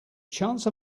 chance